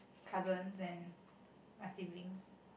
cousins and my siblings